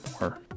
more